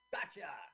Gotcha